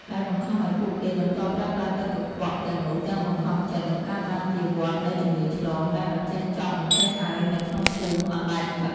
ដែលបង្ខំឱ្យពួកគេបន្តប្រើប្រាស់ទឹកកខ្វក់ទាំងនោះទាំងបង្ខំចិត្ត បង្កើតបានជាវដ្តនៃជំងឺឆ្លងដែលមិនចេះចប់មិនចេះហើយនៅក្នុងភូមិអណ្តែតទឹក។